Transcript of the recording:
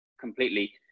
completely